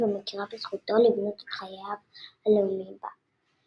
ומכירה בזכותו לבנות את חייו הלאומיים בה.